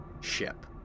ship